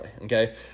okay